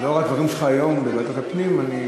לאור הדברים שלך היום בוועדת הפנים, אני